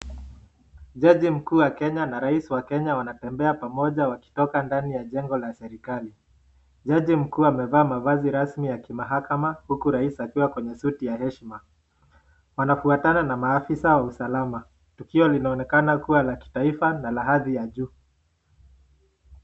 Jaji mkuu wa Kenya na Rais wa Kenya wanatembea pamoja wakitoka ndani ya jengo la serikali. Jaji mkuu amevaa mavazi rasmi ya kimahakama uku rais akiwa kwenye suti ya heshima. Wanafuatana na maafisa wa usalama. Tukio linaonekana kuwa la kitaifa na la hadhi ya juu.